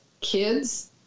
kids